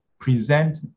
present